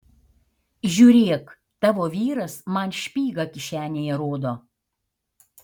žiūrėk tavo vyras man špygą kišenėje rodo